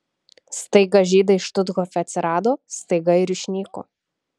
staiga žydai štuthofe atsirado staiga ir išnyko